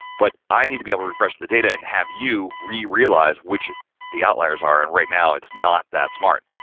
but i need to be able to refresh and the data and have you re-realized which the outliers are, and right now, it's not that smart.